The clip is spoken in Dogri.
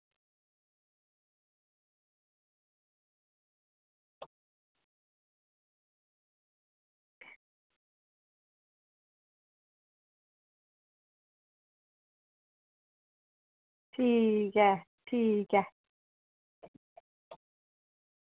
ठीक ऐ ठीक ऐ